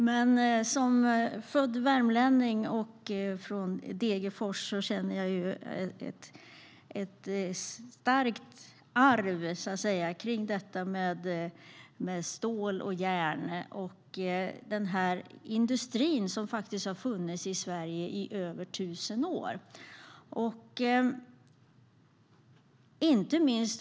Men som född värmlänning från Degerfors känner jag ett starkt arv, så att säga, kring detta med stål och järn och denna industri som faktiskt har funnits i Sverige i över tusen år.